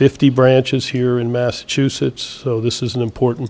fifty branches here in massachusetts so this is an important